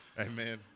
Amen